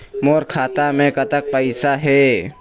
मोर खाता मे कतक पैसा हे?